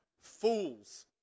fools